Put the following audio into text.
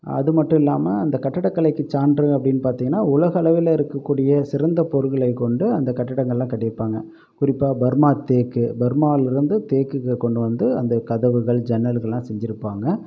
அது மட்டும் இல்லாமல் அந்த கட்டடக்கலைக்கு சான்று அப்படின்னு பார்த்தீங்கன்னா உலகளவில் இருக்கக்கூடிய சிறந்த பொருள்களை கொண்டு அந்த கட்டடங்களெலாம் கட்டியிருப்பாங்க குறிப்பாக பர்மா தேக்கு பர்மாவிலிருந்து தேக்குக கொண்டு வந்து அந்த கதவுகள் ஜன்னல்களெலாம் செஞ்சுருப்பாங்க